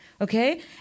okay